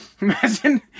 imagine